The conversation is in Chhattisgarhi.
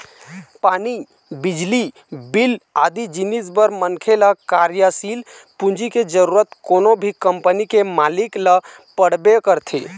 पानी, बिजली बिल आदि जिनिस बर मनखे ल कार्यसील पूंजी के जरुरत कोनो भी कंपनी के मालिक ल पड़बे करथे